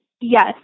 Yes